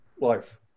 life